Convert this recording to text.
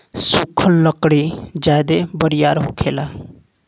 सुखल लकड़ी ज्यादे बरियार होखेला